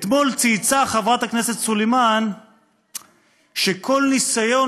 אתמול צייצה חברת הכנסת סלימאן שכל ניסיון